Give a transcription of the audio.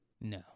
no